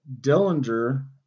Dillinger